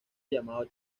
llamado